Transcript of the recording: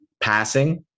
Passing